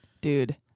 Dude